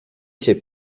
się